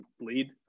lead